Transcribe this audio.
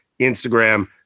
Instagram